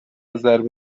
ضرب